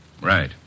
Right